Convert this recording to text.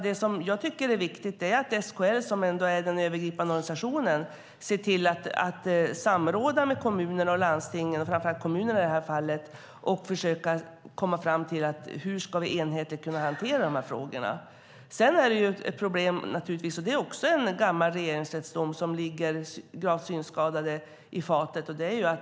Det som jag tycker är viktigt är att SKL, som är den övergripande organisationen, ser till att samråda med kommunerna och landstingen, framför allt med kommunerna i det här fallet, för att försöka komma fram till hur man enhetligt ska kunna hantera de här frågorna. Sedan är det en gammal regeringsrättsdom som ligger gravt synskadade i fatet.